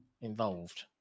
involved